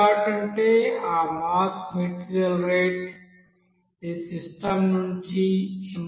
అంటే ఆ mass material rate ఇది సిస్టమ్ నుండి mout